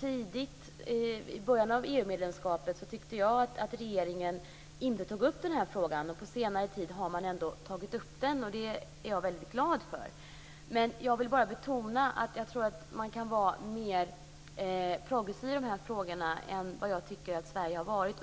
Tidigt, i början av EU-medlemskapet, tyckte jag att regeringen inte tog upp frågan men det har man gjort på senare tid. Det är jag väldigt glad över. Jag vill dock bara betona att jag tror att man kan vara mer progressiv i de här frågorna än jag tycker att Sverige har varit.